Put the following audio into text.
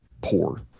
poor